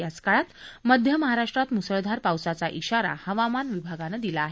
याच काळात मध्य महाराष्ट्रात म्सळधार पावसाचा इशारा हवामान विभागानं दिला आहे